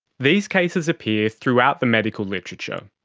these cases appear throughout the medical literature.